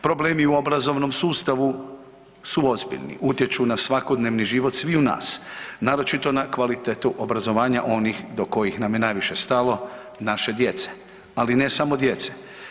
Problemi u obrazovnom sustavu su ozbiljni, utječu na svakodnevni život sviju nas naročito na kvalitetu obrazovanja onih do kojih nam je najviše stalo naše djece, ali ne samo djece.